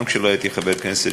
גם כשלא הייתי חבר כנסת,